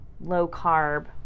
low-carb